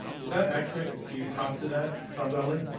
is that accurate? do you cop to that, tom donnelly?